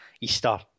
Easter